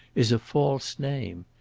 is a false name.